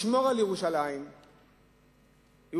לשמור על ירושלים שלמה,